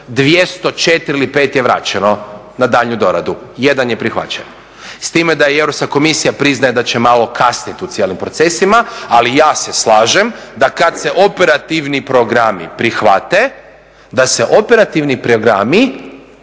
204 ili 205 je vraćeno na daljnju doradu. Jedan je prihvaćen. S time da i Europska komisija priznaje da će malo kasniti u cijelim procesima, ali ja se slažem da kad se operativni programi prihvate da se operativni programi